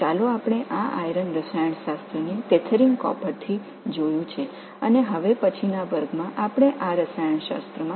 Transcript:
இந்த இரும்பு வேதியியலை இணைப்பு காப்பருடன் பார்த்தோம் அடுத்த வகுப்பில் இந்த வேதியியலுக்கு வருவோம்